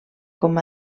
com